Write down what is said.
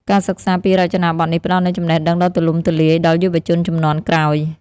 ការសិក្សាពីរចនាបថនេះផ្តល់នូវចំណេះដឹងដ៏ទូលំទូលាយដល់យុវជនជំនាន់ក្រោយ។